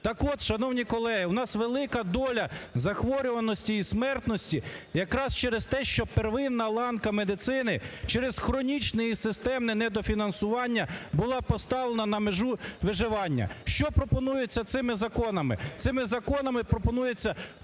Так от, шановні колеги, у нас велика доля захворюваності і смертності якраз через те, що первинна ланка медицини через хронічне і системне недофінансування була поставлена на межу виживання. Що пропонується цими законами? Цими законами пропонується